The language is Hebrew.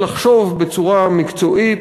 לחשוב בצורה מקצועית,